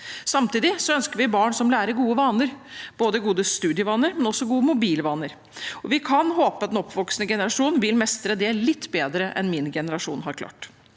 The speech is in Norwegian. Samtidig ønsker vi barn som lærer gode vaner, både gode studievaner og gode mobilvaner. Vi kan håpe at den oppvoksende generasjon vil mestre det litt bedre enn min generasjon har klart,